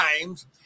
times